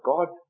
God